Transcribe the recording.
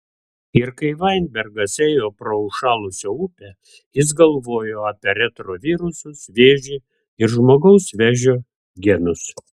ir kai vainbergas ėjo pro užšalusią upę jis galvojo apie retrovirusus vėžį ir žmogaus vėžio genus